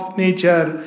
nature